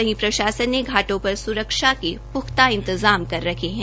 वहीं प्रशासन ने घाटों पर सुरक्षा के पुख्ता इंतजाम कर रखे हैं